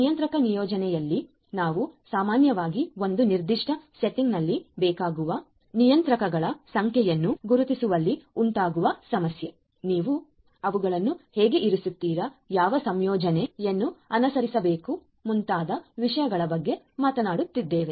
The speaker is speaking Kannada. ನಿಯಂತ್ರಕ ನಿಯೋಜನೆಯಲ್ಲಿ ನಾವು ಸಾಮಾನ್ಯವಾಗಿ ಒಂದು ನಿರ್ದಿಷ್ಟ ಸೆಟ್ಟಿಂಗ್ನಲ್ಲಿ ಬೇಕಾಗುವ ನಿಯಂತ್ರಕಗಳ ಸಂಖ್ಯೆಯನ್ನು ಗುರುತಿಸುವಲ್ಲಿ ಉಂಟಾಗುವ ಸಮಸ್ಯೆ ನೀವು ಅವುಗಳನ್ನು ಹೇಗೆ ಇರಿಸುತ್ತೀರಾ ಯಾವ ಸಂಯೋಜನೆಯನ್ನುಅನುಸರಿಸಬೇಕು ಮುಂತಾದ ವಿಷಯಗಳ ಬಗ್ಗೆ ಮಾತನಾಡುತ್ತಿದ್ದೇವೆ